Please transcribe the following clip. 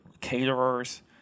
caterers